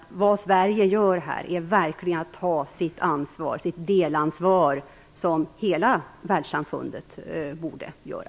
Sverige tar verkligen sitt ansvar, sitt delansvar, vilket hela världssamfundet borde göra.